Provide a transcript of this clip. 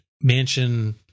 mansion